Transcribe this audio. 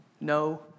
No